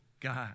God